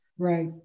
Right